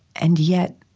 and yet,